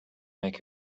make